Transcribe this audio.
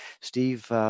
Steve